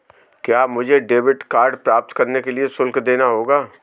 क्या मुझे debit card प्राप्त करने के लिए शुल्क देना होगा?